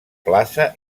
plaça